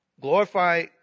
Glorify